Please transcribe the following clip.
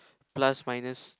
plus minus